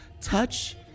touch